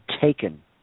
taken